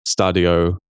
Stadio